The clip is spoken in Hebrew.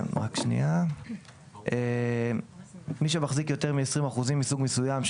בתאגיד - מי שמחזיק יותר מעשרים אחוזים מסוג מסוים של